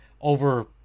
over